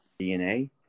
DNA